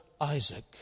Isaac